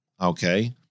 okay